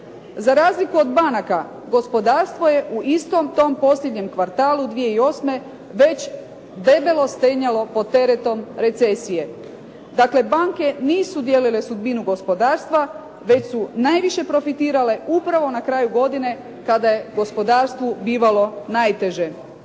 Za razliku od banaka gospodarstvo je u istom tom posljednjem kvartalu 2008. već debelo stenjalo pod teretom recesije. Dakle banke nisu dijelile sudbinu gospodarstva već su najviše profitirale upravo na kraju godine kada je gospodarstvu bivalo najteže.